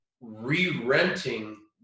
re-renting